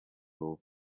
will